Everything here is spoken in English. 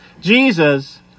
Jesus